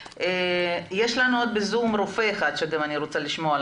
יש בזום עוד רופא שאני רוצה לשמוע,